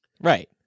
Right